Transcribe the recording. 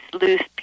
loose